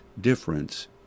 difference